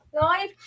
live